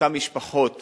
אותן משפחות